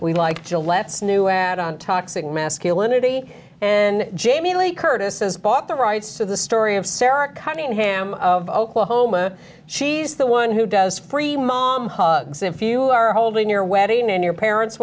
like gillette's new ad on toxic masculinity and jamie lee curtis has bought the rights to the story of sara cunningham of oklahoma she's the one who does free mom hugs if you are holding your wedding and your parents